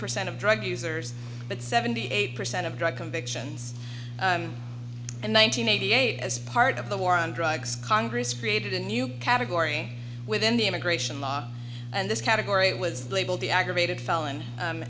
percent of drug users but seventy eight percent of drug convictions and one nine hundred eighty eight as part of the war on drugs congress created a new category within the immigration law and this category was labeled the aggravated felon